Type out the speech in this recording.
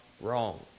wrong